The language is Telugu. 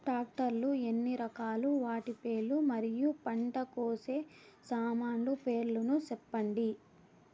టాక్టర్ లు ఎన్ని రకాలు? వాటి పేర్లు మరియు పంట కోసే సామాన్లు పేర్లను సెప్పండి?